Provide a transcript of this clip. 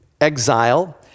exile